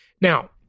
Now